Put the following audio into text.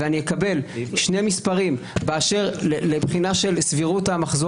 ואני אקבל שני מספרים באשר לבחינה של סבירות המחזור